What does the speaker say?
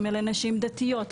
אם אלה נשים דתיות למשל.